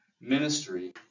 Ministry